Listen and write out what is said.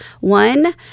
One